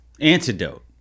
Antidote